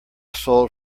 sold